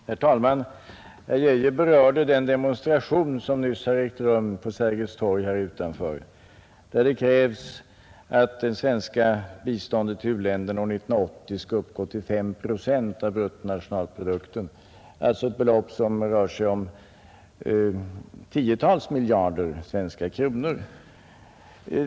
Herr talman! Herr Geijer berörde den demonstration som nyss har ägt rum här utanför på Sergels torg och där det krävdes att det svenska biståndet till u-länderna år 1980 skall uppgå till 5 procent av bruttonationalprodukten. Det är ett belopp som rör sig om tiotals miljarder svenska kronor.